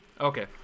Okay